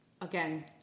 again